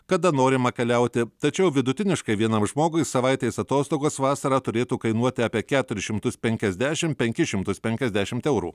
kada norima keliauti tačiau vidutiniškai vienam žmogui savaitės atostogos vasarą turėtų kainuoti apie keturis šimtus penkiasdešim penkis šimtus penkiasdešimt eurų